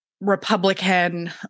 Republican